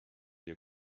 your